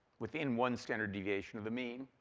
within one standard deviation of the mean.